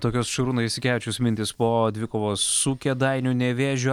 tokios šarūno jasikevičiaus mintys po dvikovos su kėdainių nevėžiu